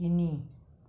তিনি